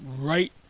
right